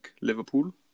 Liverpool